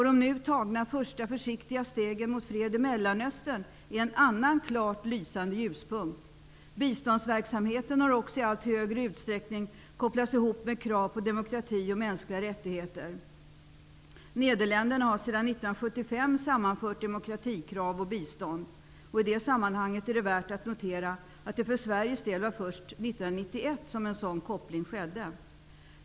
De nu tagna första försiktiga stegen mot fred i Mellanöstern är en annan klart lysande ljuspunkt. Biståndsverksamheten har också i allt större utsträckning kopplats ihop med krav på demokrati och mänskliga rättigheter. Nederländerna har sedan 1975 sammanfört demokratikrav och bistånd. I det sammanhanget är det värt att notera att det för Sveriges del var först 1991 som en sådan koppling kom till stånd.